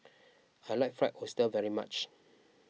I like Fried Oyster very much